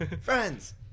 Friends